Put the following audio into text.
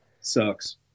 Sucks